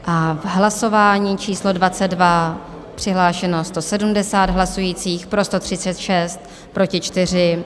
V hlasování číslo 22 přihlášeno 170 hlasujících, pro 136, proti 4.